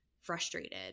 frustrated